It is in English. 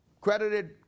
credited